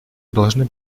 должны